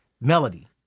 melody